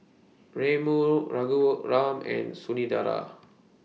Renu Raghuram and Sundaraiah